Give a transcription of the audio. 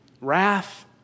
wrath